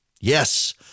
Yes